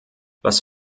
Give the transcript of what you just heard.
was